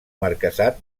marquesat